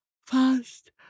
fast